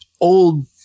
old